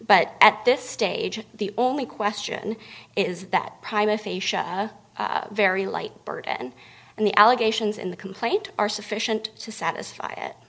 but at this stage the only question is that very light burden and the allegations in the complaint are sufficient to satisfy